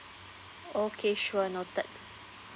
okay sure noted